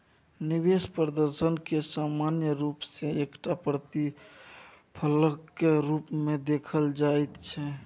निवेश प्रदर्शनकेँ सामान्य रूप सँ एकटा प्रतिफलक रूपमे देखल जाइत छै